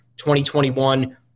2021